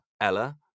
Ella